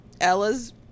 Ella's